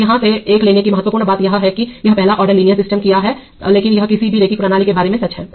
तो यहां से 1 लेने की महत्वपूर्ण बात यह है कि यह पहला ऑर्डर लीनियर सिस्टम किया है लेकिन यह किसी भी रैखिक प्रणाली के बारे में सच है